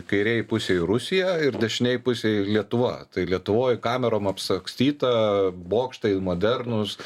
kairėj pusėj rusija ir dešinėj pusėj lietuva tai lietuvoj kamerom apsakstyta bokštai modernūs